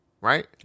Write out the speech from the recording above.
right